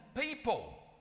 people